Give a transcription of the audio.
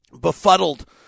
befuddled